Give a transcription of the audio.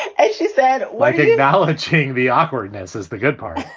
and she said, like acknowledging the awkwardness is the good part.